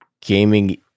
gaming